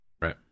Right